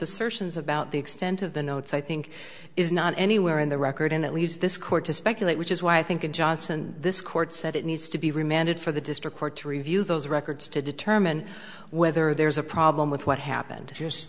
assertions about the extent of the notes i think is not anywhere in the record and it leaves this court to speculate which is why i think in johnson this court said it needs to be remanded for the district court to review those records to determine whether there's a problem with what happened just